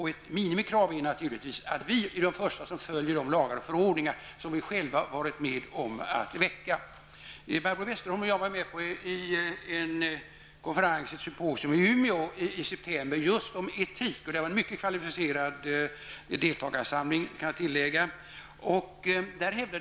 Ett minimikrav är naturligtvis att vi politiker är de första som följer de lagar och förordningar som vi själva har varit med att besluta om. Barbro Westerholm och jag var med på ett symposium i Umeå i september som just handlade om etik. Där var en mycket kvalificerad deltagarförsamling.